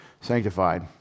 sanctified